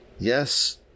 Yes